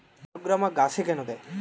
বায়োগ্রামা গাছে কেন দেয়?